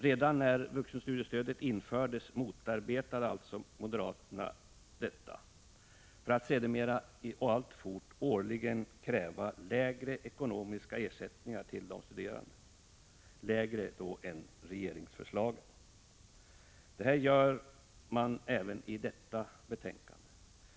Redan när vuxenstudiestödet infördes motarbetade alltså moderaterna detta, för att sedermera och alltfort årligen kräva lägre ekonomiska ersättningar till de studerande, dvs. lägre ersättningar än vad regeringen föreslagit. Det gör man även i detta betänkande.